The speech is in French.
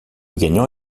gagnant